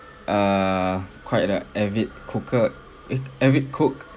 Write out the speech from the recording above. err quite a avid cooker eh avid cook